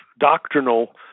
Doctrinal